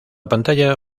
pantalla